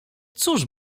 cóż